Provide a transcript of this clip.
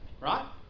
right